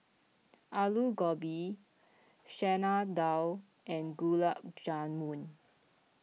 Alu Gobi Chana Dal and Gulab Jamun